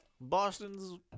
Boston's